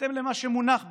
בהתאם למה שמונח בפניכם,